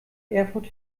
erfurt